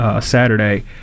Saturday